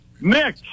Nick